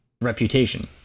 reputation